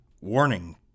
Warning